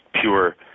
pure